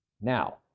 Now